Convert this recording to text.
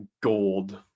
gold